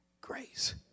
grace